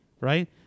right